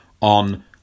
On